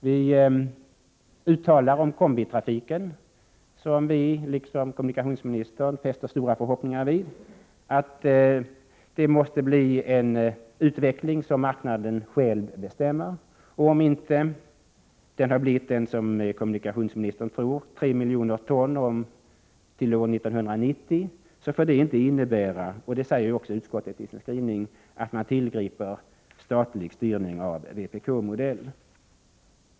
Vi säger om kombitrafiken, som vi liksom kommunikationsministern knyter stora förhoppningar till, att det måste bli en utveckling som marknaden själv bestämmer. Om inte kapaciteten blir den som kommunikationsministern tror, 3 miljoner ton till år 1990, får inte det innebära — och det säger också utskottet i sin skrivning — att man tillgriper statlig styrning av vpk-modell.